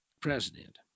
President